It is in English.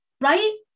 right